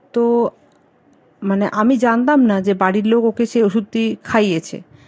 তো মানে আমি জানতাম না যে বাড়ির লোক ওকে সেই ওষুধটি খাইয়েছে